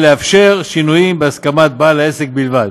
ולאפשר שינויים בהסכמת בעל העסק בלבד.